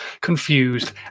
Confused